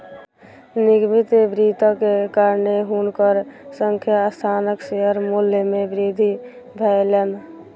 निगमित वित्तक कारणेँ हुनकर संस्थानक शेयर मूल्य मे वृद्धि भेलैन